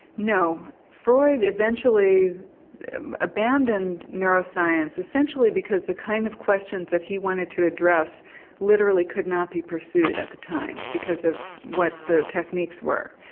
no, freud eventually abandoned neuroscience essentially because the kind of questions he wanted to address literally could not be pursued at the time because of what the techniques were.